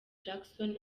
jackson